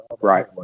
Right